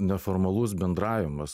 neformalus bendravimas